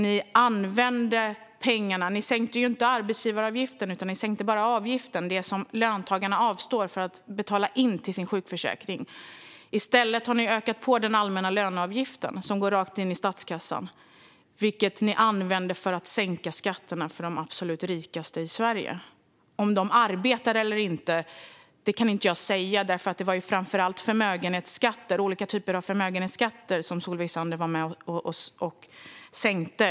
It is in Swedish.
Ni sänkte inte arbetsgivaravgiften, utan ni sänkte bara avgiften, alltså det som löntagarna avstår från att betala in till sin sjukförsäkring. I stället har ni ökat på den allmänna löneavgiften som går rakt in i statskassan, och det använde ni för att sänka skatterna för de absolut rikaste i Sverige. Om de arbetar eller inte kan jag inte säga. Det var framför allt olika typer av förmögenhetsskatter som Solveig Zander var med och sänkte.